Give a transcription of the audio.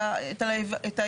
אלא את ההיוועצות.